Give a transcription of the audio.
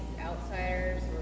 outsiders